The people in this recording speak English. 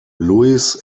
louis